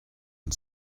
and